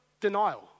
denial